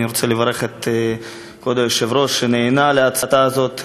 אני רוצה לברך את כבוד היושב-ראש שנענה להצעה הזאת,